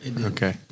Okay